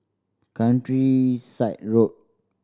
Countryside Road